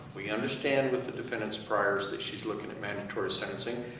we understand with the defendant's priors that she's looking at mandatory sentencing.